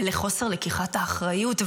לחוסר לקיחת האחריות,